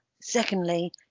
secondly